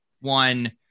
one